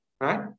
right